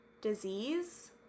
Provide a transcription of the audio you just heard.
disease